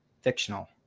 fictional